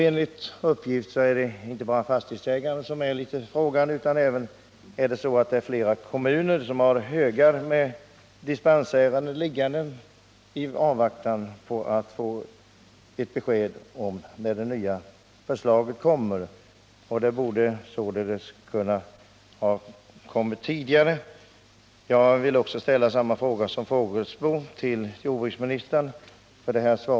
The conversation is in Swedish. Enligt uppgift finns det flera kommuner som har högar med dispensärenden liggande i avvaktan på att få ett besked om när förslaget kommer och som också vill ha besked. Jordbruksministern säger i svaret att han hoppas att det skall komma ett förslag under våren.